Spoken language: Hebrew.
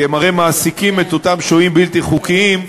כי הם הרי מעסיקים את אותם שוהים בלתי חוקיים,